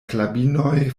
knabinoj